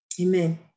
amen